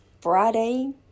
Friday